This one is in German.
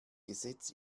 gesetz